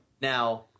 Now